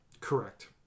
Correct